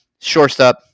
shortstop